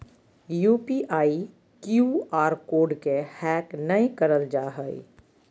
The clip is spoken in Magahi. यू.पी.आई, क्यू आर कोड के हैक नयय करल जा हइ